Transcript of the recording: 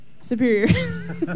Superior